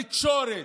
בתקשורת,